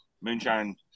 moonshine